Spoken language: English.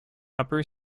upper